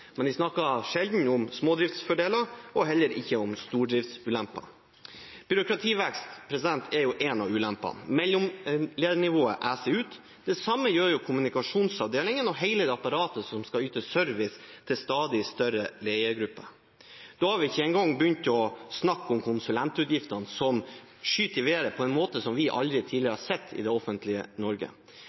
men de snakker sjelden om smådriftsfordeler og heller ikke om stordriftsulemper. Byråkrativekst er jo en av ulempene. Mellomledernivået eser ut. Det samme gjør kommunikasjonsavdelingen og hele det apparatet som skal yte service til stadig større ledergrupper. Da har vi ikke engang begynt å snakke om konsulentutgiftene, som skyter i været på en måte som vi aldri tidligere har sett i det offentlige Norge.